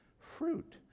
fruit